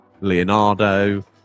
Leonardo